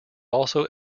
also